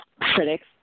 critics